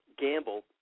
gamble